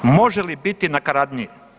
Može li biti nakaradnije?